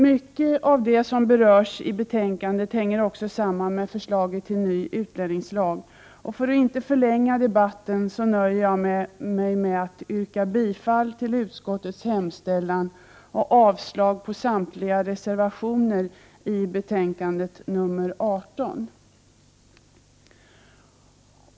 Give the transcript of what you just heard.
Mycket av det som berörs i betänkandet hänger också samman med förslaget till ny utlänningslag, och för att inte förlänga debatten nöjer jag mig med att yrka bifall till utskottets hemställan och avslag på samtliga reservationer i socialförsäkringsutskottets betänkande nr 18.